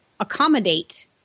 accommodate